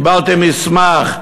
קיבלתי מסמך,